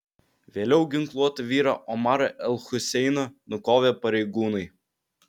vėliau ginkluotą vyrą omarą el huseiną nukovė pareigūnai